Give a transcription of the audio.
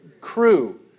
Crew